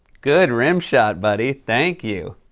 good rimshot, buddy. thank you.